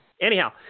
Anyhow